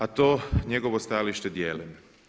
A to njegovo stajalište dijelim.